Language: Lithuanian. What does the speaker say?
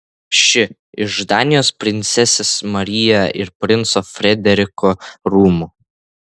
ši iš danijos princesės maryje ir princo frederiko rūmų